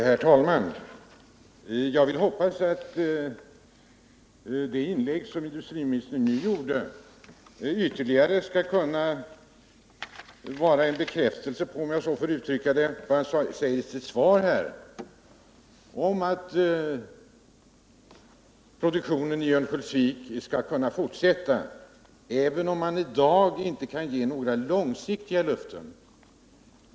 Herr talman! Jag vill hoppas att det inlägg som industriministern nu gjorde skall vara ytterligare en bekräftelse på vad han sagt i sitt svar, nämligen att produktionen i Örnsköldsvik skall kunna fortsätta även om man i dag inte kan ge några långsiktiga löften.